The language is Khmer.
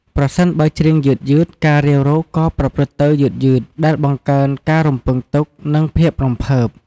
ប្រសិនបើច្រៀងយឺត ការរាវរកក៏ប្រព្រឹត្តទៅយឺតៗ ដែលបង្កើនការរំពឹងទុក និងភាពរំភើប។